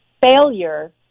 failure